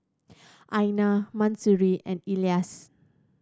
Aina Mahsuri and Elyas